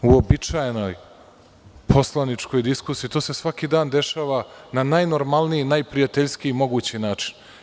U uobičajenoj poslaničkoj diskusiji, to se svaki dan dešava na najnormalniji, najprijateljskiji mogući način.